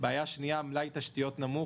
בעיה שנייה, מלאי תשתיות נמוך.